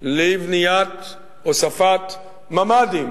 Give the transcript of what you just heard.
להוספת ממ"דים,